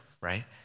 right